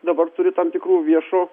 dabar turi tam tikrų viešo